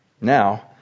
Now